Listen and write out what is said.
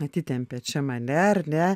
atitempė čia mane ar ne